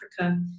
Africa